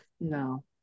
No